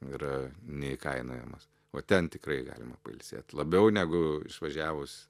yra neįkainojamas o ten tikrai galima pailsėt labiau negu išvažiavus